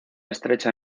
estrecha